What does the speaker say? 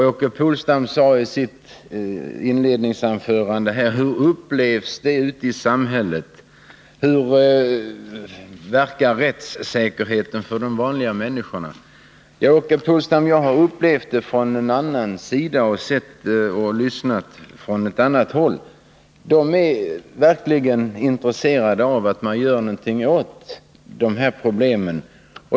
Åke Polstam frågade i sitt inledningsanförande: Hur upplevs detta ute i samhället? Hur ter sig rättssäkerheten för de vanliga människorna? Jag har upplevt de här problemen från ett annat håll och sett och lyssnat till människornas reaktioner, Åke Polstam. Människorna är verkligen intresserade av att man gör någonting åt de här problemen.